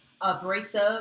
abrasive